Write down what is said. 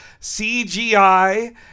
CGI